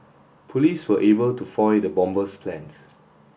police were able to foil the bomber's plans